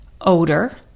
odor